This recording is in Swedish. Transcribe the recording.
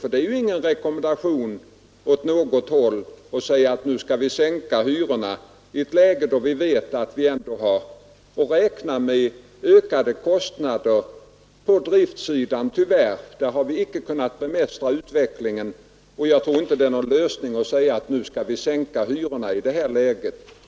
För det är ju ingen positiv rekommendation åt något håll att säga att nu skall vi sänka hyrorna, i ett läge då vi vet att vi tyvärr måste räkna med ökade kostnader inte minst på driftsidan. Där har vi icke kunnat bemästra kostnadsutvecklingen, och det är inte någon lösning att säga, att vi skall sänka hyrorna i det här läget.